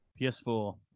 PS4